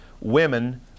women